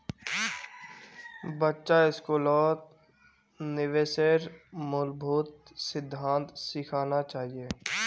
बच्चा स्कूलत निवेशेर मूलभूत सिद्धांत सिखाना चाहिए